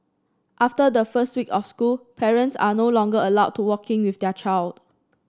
after the first week of school parents are no longer allowed to walk in with their child